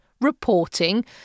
reporting